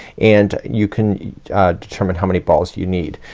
and you can ah determine how many balls you need.